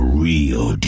real